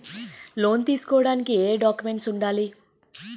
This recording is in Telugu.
లోన్ తీసుకోడానికి ఏయే డాక్యుమెంట్స్ వుండాలి?